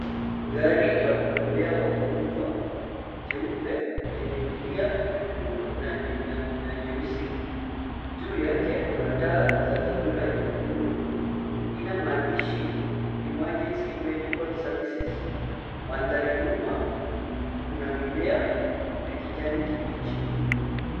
Gari la kubebea wagonjwa jeupe lenye milia nyekundu na nyeusi. Juu yake kuna taa za dharura nyekundu. Ina maandishi, emergency medical services. Mandhari nyuma kuna mimea ya kijani kibichi.